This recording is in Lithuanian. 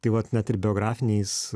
tai vat net ir biografiniais